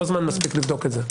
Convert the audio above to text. לא מספיק זמן לבדוק את זה.